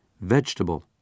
Vegetable